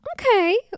okay